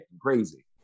crazy